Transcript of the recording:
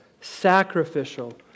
sacrificial